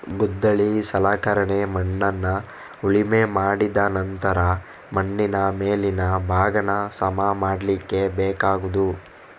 ಗುದ್ದಲಿ ಸಲಕರಣೆ ಮಣ್ಣನ್ನ ಉಳುಮೆ ಮಾಡಿದ ನಂತ್ರ ಮಣ್ಣಿನ ಮೇಲಿನ ಭಾಗಾನ ಸಮ ಮಾಡ್ಲಿಕ್ಕೆ ಬೇಕಾಗುದು